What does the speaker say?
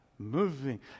Moving